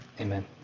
Amen